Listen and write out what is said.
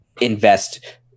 invest